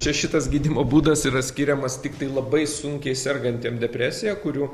čia šitas gydymo būdas yra skiriamas tiktai labai sunkiai sergantiem depresija kurių